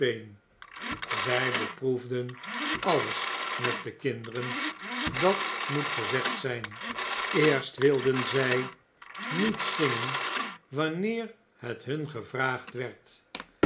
zy beproefden alles met de kinderen dat moet gezegd zijn eerst wilden zy nietzingen wanneer het hun gevraagd werd